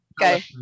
okay